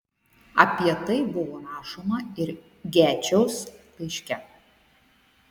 apie tai buvo rašoma ir gečiaus laiške